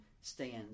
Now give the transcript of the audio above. stands